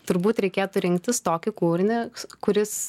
turbūt reikėtų rinktis tokį kūrinį kuris